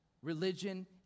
Religion